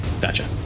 Gotcha